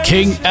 King